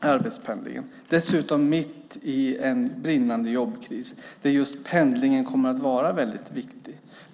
arbetspendlingen - mitt i en brinnande jobbkris, där just pendlingen kommer att vara väldigt viktig.